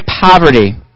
poverty